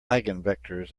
eigenvectors